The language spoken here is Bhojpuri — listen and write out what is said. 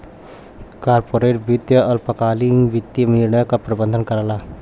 कॉर्पोरेट वित्त अल्पकालिक वित्तीय निर्णय क प्रबंधन करला